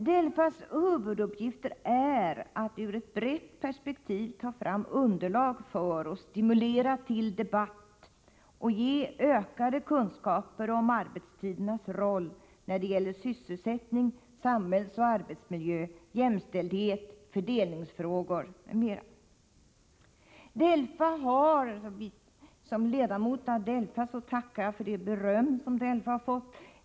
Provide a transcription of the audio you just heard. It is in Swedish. DELFA:s huvuduppgifter är att ur ett brett perspektiv ta fram underlag för och stimulera till debatt samt att ge ökade kunskaper om arbetstidernas roll när det gäller sysselsättning, samhällsoch arbetsmiljö, jämställdhet, fördelningsfrågor m.m. Som ledamot av DELFA tackar jag för det beröm som DELFA har fått.